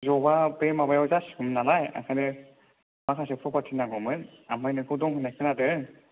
जबा बे माबाआव जासिगौमोन नालाय ओंखायनो माखासे फ्रफारथि नांगौमोन आमफ्राइ नोंखौ दं होननाय खोनादों